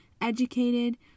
educated